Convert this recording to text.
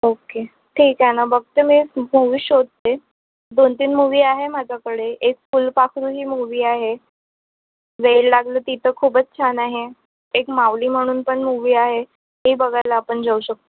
okay ठीक आहे ना बघते मी मूव्ही शोधते दोन तीन मूव्ही आहे माझ्याकडे एक फुलपाखरू ही मूव्ही आहे वेड लागलं ती तर खूपच छान आहे एक मावली म्हणून पण मूव्ही आहे ती बघायला आपण जाऊ शकतो